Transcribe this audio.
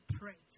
pray